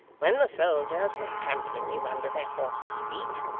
when the soldiers were trampling you under their horses' feet,